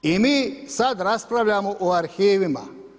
I mi sad raspravljamo o arhivima.